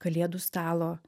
kalėdų stalo